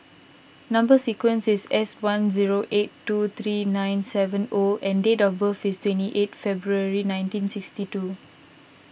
Number Sequence is S one zero eight two three nine seven O and date of birth is twenty eight February nineteen sixty two